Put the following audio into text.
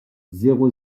zéro